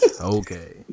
Okay